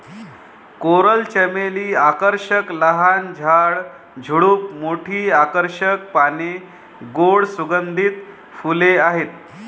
coral चमेली आकर्षक लहान झाड, झुडूप, मोठी आकर्षक पाने, गोड सुगंधित फुले आहेत